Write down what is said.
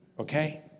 Okay